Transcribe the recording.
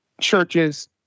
churches